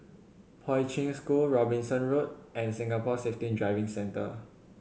Poi Ching School Robinson Road and Singapore Safety Driving Centre